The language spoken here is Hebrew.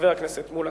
חבר הכנסת מולה,